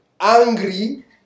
angry